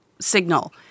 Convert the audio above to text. signal